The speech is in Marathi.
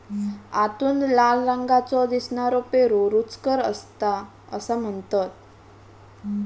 आतून लाल रंगाचो दिसनारो पेरू रुचकर असता असा म्हणतत